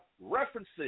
references